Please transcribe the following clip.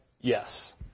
Yes